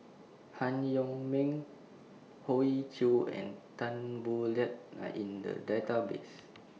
Han Yong May Hoey Choo and Tan Boo Liat Are in The Database